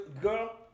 girl